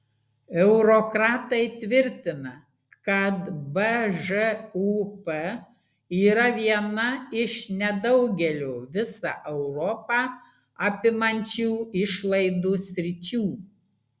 eurokratai tvirtina kad bžūp yra viena iš nedaugelio visą europą apimančių išlaidų sričių